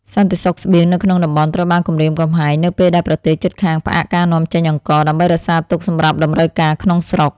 សន្តិសុខស្បៀងនៅក្នុងតំបន់ត្រូវបានគំរាមកំហែងនៅពេលដែលប្រទេសជិតខាងផ្អាកការនាំចេញអង្ករ ដើម្បីរក្សាទុកសម្រាប់តម្រូវការក្នុងស្រុក។